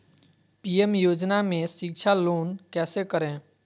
PM योजना में शिक्षा लोन कैसे करें?